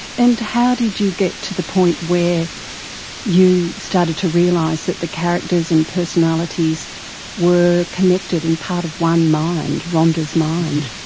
and how did you get to the point where you started to realise that the characters and personalities were connected and part of one mind, rhonda's mind?